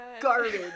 garbage